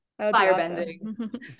Firebending